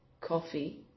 coffee